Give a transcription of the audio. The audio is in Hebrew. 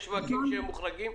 יש שווקים שהם מוחרגים?